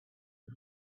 and